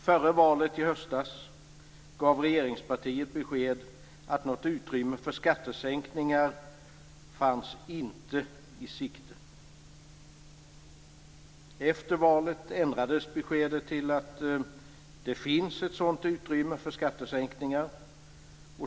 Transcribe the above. Före valet i höstas gav regeringspartiet besked att något utrymme för skattesänkningar inte fanns i sikte. Efter valet ändrades beskedet till att det finns ett sådant utrymme för skattesänkningar.